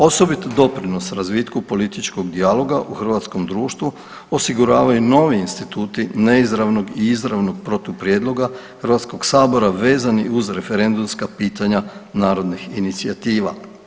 Osobit doprinos razvitku političkog dijaloga u hrvatskom društvu, osiguravaju novi instituti neizravnog i izravnog protuprijedloga HS-a vezani uz referendumska pitanja narodnih inicijativa.